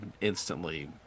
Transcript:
instantly